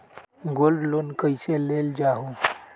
Gold loan कईसे लेल जाहु?